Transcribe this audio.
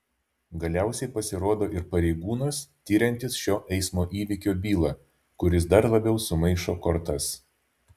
galiausiai pasirodo ir pareigūnas tiriantis šio eismo įvykio bylą kuris dar labiau sumaišo kortas